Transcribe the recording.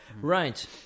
Right